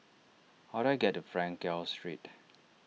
how do I get to Frankel Street